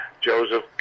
Joseph